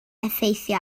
effeithio